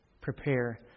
prepare